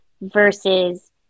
versus